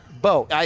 Bo